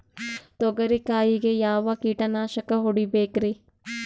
ತೊಗರಿ ಕಾಯಿಗೆ ಯಾವ ಕೀಟನಾಶಕ ಹೊಡಿಬೇಕರಿ?